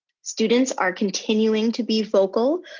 students are continuing to be vocal,